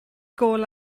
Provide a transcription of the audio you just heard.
gôl